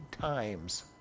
times